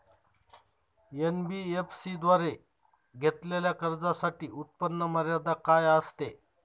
NBFC द्वारे घेतलेल्या कर्जासाठी उत्पन्न मर्यादा काय असते?